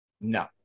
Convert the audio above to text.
No